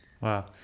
Wow